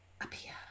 appear